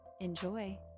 Enjoy